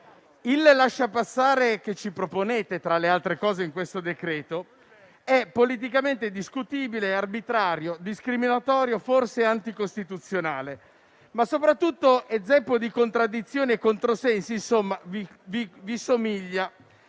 il lasciapassare che ci proponete, tra le altre cose, in questo decreto è politicamente discutibile, arbitrario, discriminatorio e, forse, anticostituzionale, ma soprattutto è zeppo di contraddizioni e controsensi. Insomma, vi somiglia.